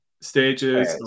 stages